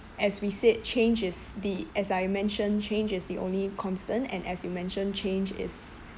as we said change is the as I mentioned change is the only constant and as you mentioned change is